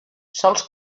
sols